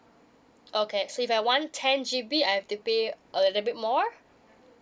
okay so if I want ten G_B I have to pay a little bit more